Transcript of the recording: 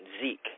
Zeke